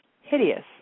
hideous